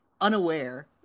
unaware